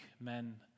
men